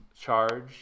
charge